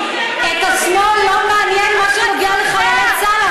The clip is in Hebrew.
כי את השמאל לא מעניין מה שנוגע לחיילי צה"ל,